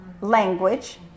language